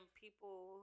people